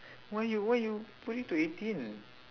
why you why you put it to eighteen